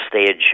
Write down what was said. stage